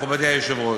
מכובדי היושב-ראש.